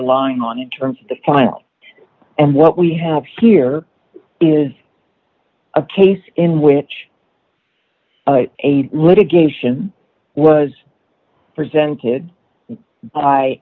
relying on in terms of the client and what we have here is a case in which a litigation was presented by